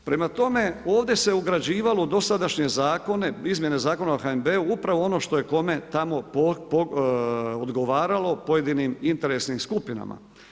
Prema tome, ovdje se ugrađivalo u dosadašnje zakona, izmjene Zakona o HNB-u upravo ono što je kome tamo odgovaralo, pojedinim interesnim skupinama.